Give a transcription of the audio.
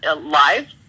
live